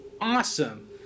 awesome